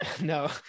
no